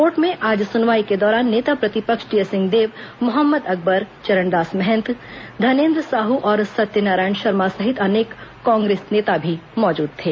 court में आज सुनवाई के दौरान नेता प्रतिपक्ष टीएस सिंहदेव मोहम्मद अकबर चरणदास महंत धनेंद्र साहू और सत्यनारायण शर्मा सहित अनेक कांग्रेस नेता भी मौजूद थे